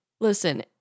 Listen